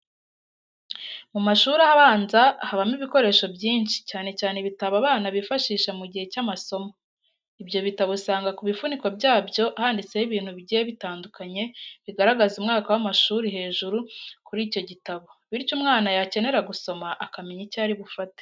Mu mashuri abanza habamo ibikoresho byinshi, cyane cyane ibitabo abana bifashisha mu gihe cy'amasomo. Ibyo bitabo usanga ku bifuniko byabyo handitseho ibintu bigiye bitandukanye bigaragaza umwaka w'amashuri hejuru kuri icyo gitabo, bityo umwana yakenera gusoma akamenya icyo ari bufate.